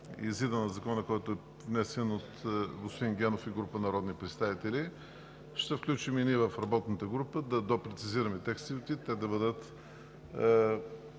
на Закона, който е внесен от господин Генов и група народни представители. Ще се включим и в работната група да допрецизираме текстовете, те да бъдат